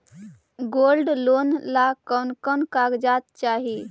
Gold loan ला कौन कौन कागजात चाही?